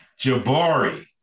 Jabari